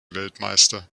weltmeister